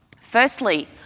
Firstly